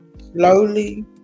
slowly